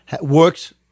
works